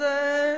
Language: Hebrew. זה הפרסומאי.